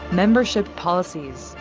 membership policies.